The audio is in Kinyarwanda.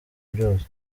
byose